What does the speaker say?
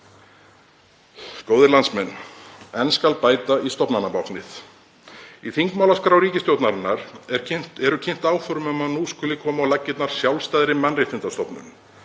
á húsnæðisverði? Enn skal bæta í stofnanabáknið. Í þingmálaskrá ríkisstjórnarinnar eru kynnt áform um að nú skuli koma á laggirnar sjálfstæðri mannréttindastofnun.